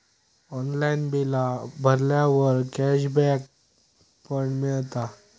online बिला भरल्यावर cashback पण मिळता